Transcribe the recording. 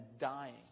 dying